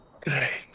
Great